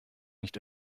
nicht